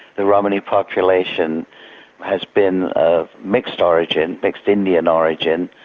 the romani population has been a mixed origin, mixed indian origin,